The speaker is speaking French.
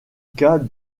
cas